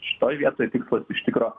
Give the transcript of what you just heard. šitoj vietoj tikslas iš tikro